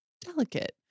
delicate